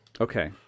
Okay